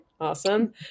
awesome